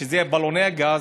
שאלה בלוני הגז,